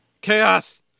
Chaos